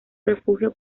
refugio